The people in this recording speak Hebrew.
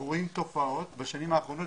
אנחנו רואים תופעות בשנים האחרונות,